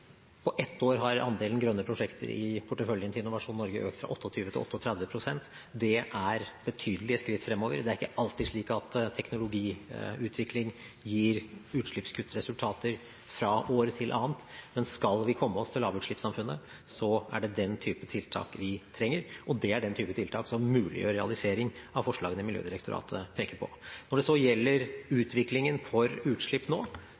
På ett år har andelen grønne prosjekter i porteføljen til Innovasjon Norge økt fra 28 til 38 pst. Det er betydelige skritt fremover. Det er ikke alltid slik at teknologiutvikling gir utslippskuttresultater fra år til annet. Men skal vi komme oss til lavutslippssamfunnet, er det den typen tiltak vi trenger, og det er den typen tiltak som muliggjør realisering av forslagene Miljødirektoratet peker på. Når det så gjelder utviklingen for utslipp nå,